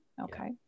okay